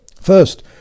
First